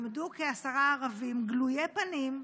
כעשרה ערבים גלויי פנים,